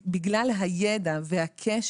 כן, בבקשה.